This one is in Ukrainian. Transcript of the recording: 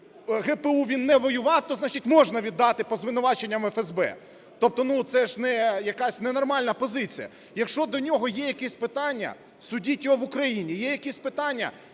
ГПУ він не воював, то значить можна віддати по звинуваченням ФСБ. Ну, це ж не… якась ненормальна позиція. Якщо до нього є якісь питання, судіть його в Україні. Є якісь питання,